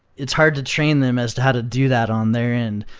it's hard to train them as to how to do that on their end,